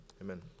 amen